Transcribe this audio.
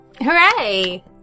Hooray